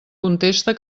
contesta